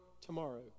tomorrow